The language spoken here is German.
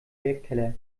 werkkeller